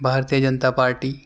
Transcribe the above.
Bharatiya Janata party